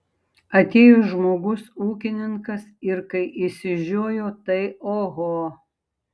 atėjo žmogus ūkininkas ir kai išsižiojo tai oho